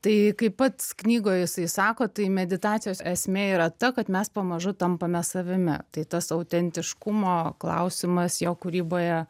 tai kaip pats knygoj jisai sako tai meditacijos esmė yra ta kad mes pamažu tampame savimi tai tas autentiškumo klausimas jo kūryboje